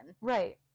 Right